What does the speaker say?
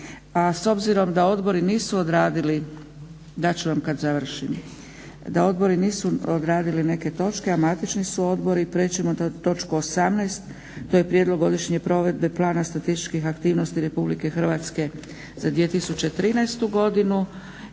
s obzirom da odbori nisu odradili neke točke, a matični su odbori, preći ćemo na točku 18, to je Prijedlog godišnje provedbe plana statističkih aktivnosti Republike Hrvatske za 2013. godinu